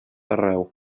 arreu